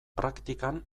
praktikan